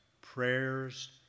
prayers